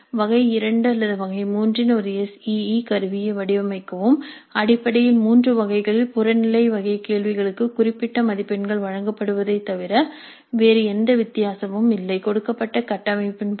வகை 2 அல்லது வகை 3 இன் ஒரு எஸ் இஇ கருவியை வடிவமைக்கவும் அடிப்படையில் மூன்று வகைகளில் புறநிலை வகை கேள்விகளுக்கு குறிப்பிட்ட மதிப்பெண்கள் வழங்கப்படுவதைத் தவிர வேறு எந்த வித்தியாசமும் இல்லை கொடுக்கப்பட்ட கட்டமைப்பின் படி